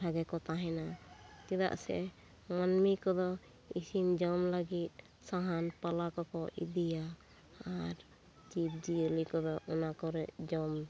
ᱵᱷᱟᱜᱮ ᱠᱚ ᱛᱟᱦᱮᱸᱱᱟ ᱪᱮᱫᱟᱜ ᱥᱮ ᱢᱟᱹᱱᱢᱤ ᱠᱚᱫᱚ ᱤᱥᱤᱱ ᱡᱚᱢ ᱞᱟᱹᱜᱤᱫ ᱥᱟᱦᱟᱱ ᱯᱟᱞᱟ ᱠᱚ ᱠᱚ ᱤᱫᱤᱭᱟ ᱟᱨ ᱡᱤᱵ ᱡᱤᱭᱟᱹᱞᱤ ᱠᱚᱫᱚ ᱚᱱᱟ ᱠᱚᱨᱮᱫ ᱡᱚᱢ